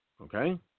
Okay